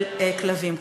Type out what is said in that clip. של כלבים כאלה.